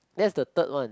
that's the third one